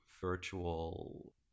virtual